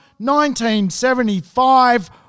1975